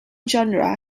genera